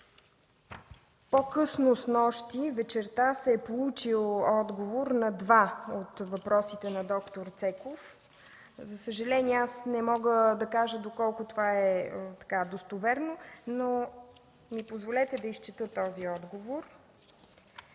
По-късно снощи вечерта се е получил отговор на два от въпросите ми към д-р Цеков. За съжаление, не мога да кажа доколко той е достоверен. Позволете ми да изчета този отговор.